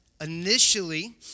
initially